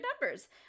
numbers